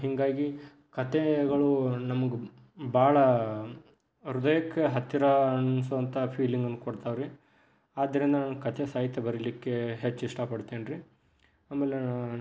ಹೀಗಾಗಿ ಕಥೆಗಳು ನಮಗೆ ಭಾಳ ಹೃದಯಕ್ಕೆ ಹತ್ತಿರ ಅನಿಸೋಂತ ಫೀಲಿಂಗನ್ನು ಕೊಡ್ತಾವೆ ರೀ ಆದ್ದರಿಂದ ನಾನು ಕಥೆ ಸಾಹಿತ್ಯ ಬರಿಲಿಕ್ಕೆ ಹೆಚ್ಚು ಇಷ್ಟಪಡ್ತೇನೆ ರೀ ಆಮೇಲೆ